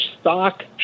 stock